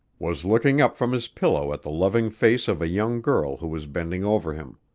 was looking up from his pillow at the loving face of a young girl who was bending over him.